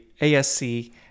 ASC